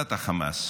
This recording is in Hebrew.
והשמדת החמאס